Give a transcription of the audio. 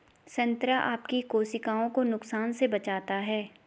संतरा आपकी कोशिकाओं को नुकसान से बचाता है